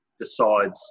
decides